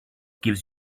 gives